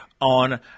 on